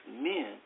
men